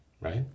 right